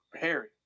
Harry